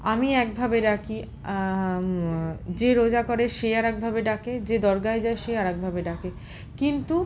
আমি একভাবে ডাকি যে রোজা করে সে আর একভাবে ডাকে যে দরগায় যায় সে আর একভাবে ডাকে কিন্তু